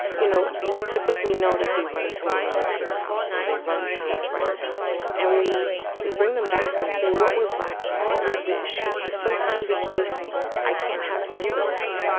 you know, we typically know that they run to a relative's house or they run to a friend's house. and we we bring them back and see what was lacking, what was the issue. sometimes it's just i can't have friends over,